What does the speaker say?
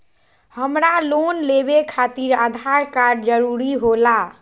हमरा लोन लेवे खातिर आधार कार्ड जरूरी होला?